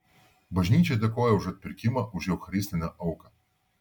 bažnyčia dėkoja už atpirkimą už eucharistinę auką